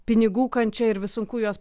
pinigų kančia ir vis sunku juos